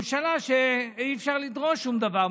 ממשלה שאי-אפשר לדרוש שום דבר,